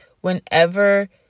whenever